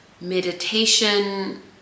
meditation